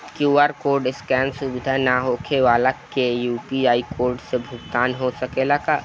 QR code scan सुविधा ना होखे वाला के यू.पी.आई कोड से भुगतान हो सकेला का?